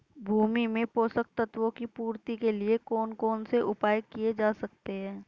भूमि में पोषक तत्वों की पूर्ति के लिए कौन कौन से उपाय किए जा सकते हैं?